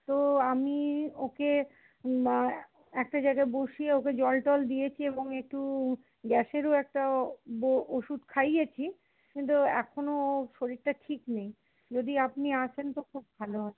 তো আমি ওকে একটা জায়গায় বসিয়ে ওকে জল টল দিয়েছি এবং একটু গ্যাসেরও একটা ওষুধ খাইয়েছি কিন্তু এখনও শরীরটা ঠিক নেই যদি আপনি আসেন তো খুব ভালো হয়